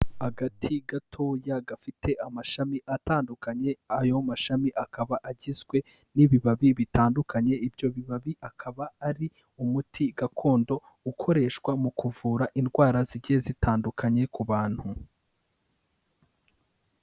Agati gatoya gafite amashami atandukanye, ayo mashami akaba agizwe n'ibibabi bitandukanye, ibyo bibabi akaba ari umuti gakondo ukoreshwa mu kuvura indwara zigiye zitandukanye ku bantu.